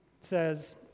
says